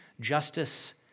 justice